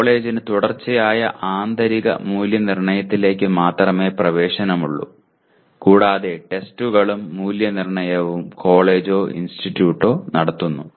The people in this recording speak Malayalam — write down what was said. കോളേജിന് തുടർച്ചയായ ആന്തരിക മൂല്യനിർണ്ണയത്തിലേക്ക് മാത്രമേ പ്രവേശനമുള്ളൂ കൂടാതെ ടെസ്റ്റുകളും മൂല്യനിർണ്ണയവും കോളേജോ ഇൻസ്റ്റിറ്റ്യൂട്ടറോ നടത്തുന്നു